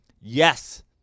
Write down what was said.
yes